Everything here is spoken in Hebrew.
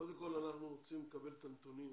קודם כל, אנחנו רוצים לקבל את הנתונים